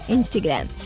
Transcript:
Instagram